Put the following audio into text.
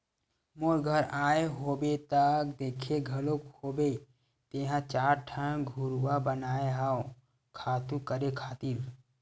मोर घर आए होबे त देखे घलोक होबे तेंहा चार ठन घुरूवा बनाए हव खातू करे खातिर